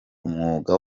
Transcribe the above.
umwuga